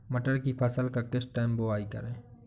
मटर की फसल का किस टाइम बुवाई करें?